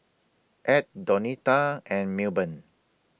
Edd Donita and Milburn